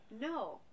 No